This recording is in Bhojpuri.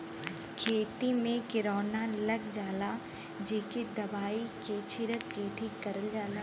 खेती में किरौना लग जाला जेके दवाई के छिरक के ठीक करल जाला